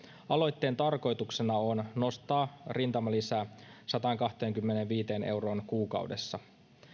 aloitteen tarkoituksena on nostaa rintamalisä sataankahteenkymmeneenviiteen euroon kuukaudessa